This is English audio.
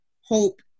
hope